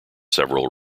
several